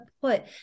put